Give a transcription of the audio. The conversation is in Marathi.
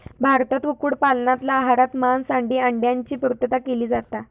भारतात कुक्कुट पालनातना आहारात मांस आणि अंड्यांची पुर्तता केली जाता